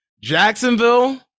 Jacksonville